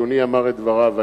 אדוני אמר את דבריו,